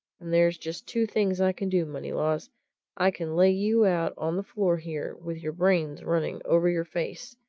and there's just two things i can do, moneylaws i can lay you out on the floor here, with your brains running over your face,